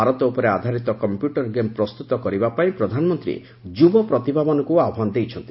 ଭାରତ ଉପରେ ଆଧାରିତ computer game ପ୍ରସ୍ତୁତ କରିବା ପାଇଁ ପ୍ରଧାନମନ୍ତ୍ରୀ ଯୁବ ପ୍ରତିଭାମାନଙ୍କୁ ଆହ୍ୱାନ କରିଛନ୍ତି